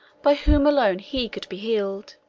by whom alone he could be healed.